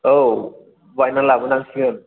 औ बायना लाबोनांसिगोन